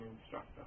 Instructor